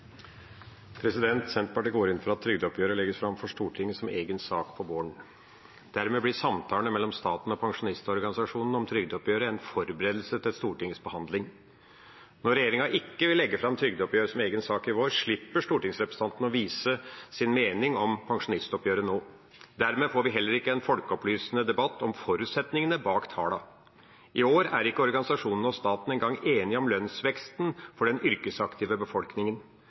Senterpartiet går inn for at trygdeoppgjøret legges fram for Stortinget som egen sak på våren. Dermed blir samtalene mellom staten og pensjonistorganisasjonene om trygdeoppgjøret en forberedelse til Stortingets behandling. Når regjeringen ikke vil legge fram trygdeoppgjøret som egen sak i vår, slipper stortingsrepresentantene å vise sin mening om pensjonistoppgjøret nå. Dermed får vi heller ikke en folkeopplysende debatt om forutsetningene bak tallene. I år er ikke organisasjonene og staten engang enige om lønnsveksten for den yrkesaktive befolkningen.